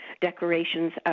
decorations